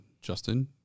Justin